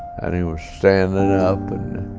and he was standin' up. and